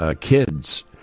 kids